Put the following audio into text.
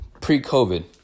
pre-COVID